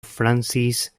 francis